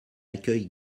accueil